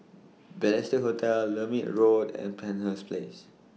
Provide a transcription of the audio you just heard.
Balestier Hotel Lermit Road and Penshurst Place